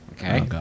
Okay